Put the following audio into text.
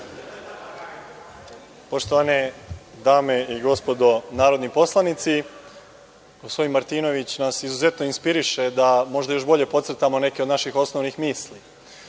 Poštovane dame i gospodo narodni poslanici, gospodin Martinović nas izuzetno inspiriše da možda još bolje podcrtamo neke od naših osnovnih misli. Da